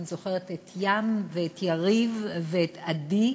אני זוכרת את ים ואת יריב ואת עדי.